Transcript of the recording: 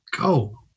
go